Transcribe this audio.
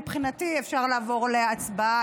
מבחינתי אפשר לעבור להצבעה,